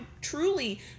truly